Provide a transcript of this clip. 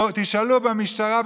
תשאלו במשטרה,